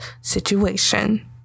situation